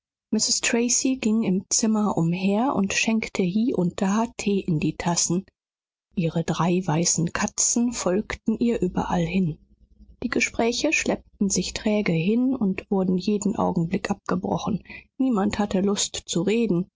tracy ging im zimmer umher und schenkte hie und da tee in die tassen ihre drei weißen katzen folgten ihr überall hin die gespräche schleppten sich träge hin und wurden jeden augenblick abgebrochen niemand hatte lust zu reden